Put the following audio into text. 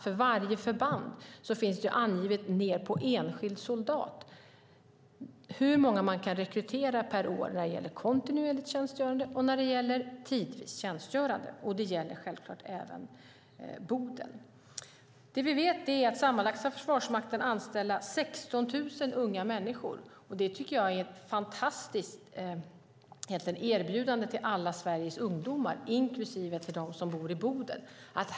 För varje förband finns det angivet ned till enskild soldat hur många man kan rekrytera per år när det gäller kontinuerligt tjänstgörande och när det gäller tidvis tjänstgörande. Det gäller självklart även Boden. Försvarsmakten ska sammanlagt anställa 16 000 unga människor, och det tycker jag är ett fantastiskt erbjudande till alla Sveriges ungdomar, inklusive dem som bor i Boden.